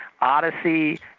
odyssey